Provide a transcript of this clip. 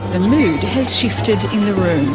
the mood has shifted